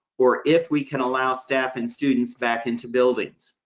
or if we can allow staff and students back into buildings.